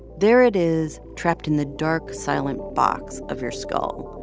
there it is, trapped in the dark, silent box of your skull.